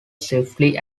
swiftly